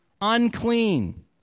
unclean